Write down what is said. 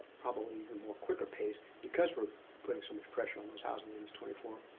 probably even more quicker pace because we're putting so much pressure on those housing units twenty four